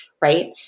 right